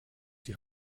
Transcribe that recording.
die